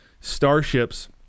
starships